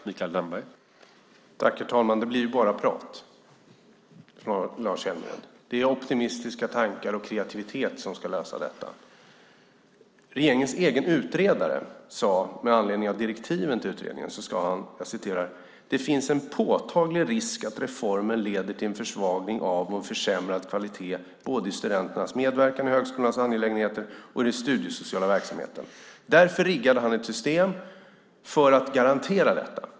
Herr talman! Det blir bara prat, Lars Hjälmered. Det är optimistiska tankar och kreativitet som ska lösa detta. Regeringens egen utredare sade med anledning av direktiven till utredningen att det finns en påtaglig risk att reformen leder till en försvagning av och en försämrad kvalitet i både studenternas medverkan i högskolornas angelägenheter och den studiesociala verksamheten. Därför riggade han ett system för att garantera detta.